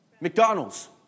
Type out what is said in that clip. McDonald's